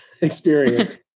experience